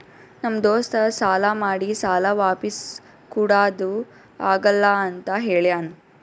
ನಮ್ ದೋಸ್ತ ಸಾಲಾ ಮಾಡಿ ಸಾಲಾ ವಾಪಿಸ್ ಕುಡಾದು ಆಗಲ್ಲ ಅಂತ ಹೇಳ್ಯಾನ್